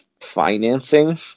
financing